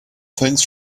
things